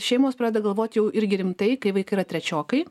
šeimos pradeda galvot jau irgi rimtai kai vaikai yra trečiokai